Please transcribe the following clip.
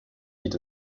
geht